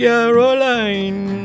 Caroline